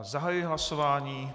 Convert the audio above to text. Zahajuji hlasování.